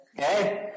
Okay